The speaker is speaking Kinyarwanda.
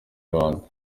rwanda